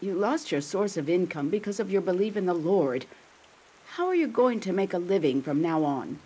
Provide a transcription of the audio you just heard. you lost your source of income because of your believe in the lord how are you going to make a living from now on